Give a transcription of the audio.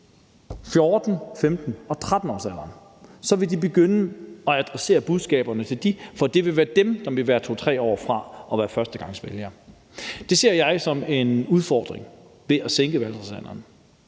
13-, 14- og 15-årsalderen. Så vil de begynde at adressere budskaberne til dem, for det vil være dem, der vil være 2-3 år fra at være førstegangsvælgere. Det ser jeg som en udfordring ved at sænke valgretsalderen.